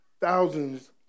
thousands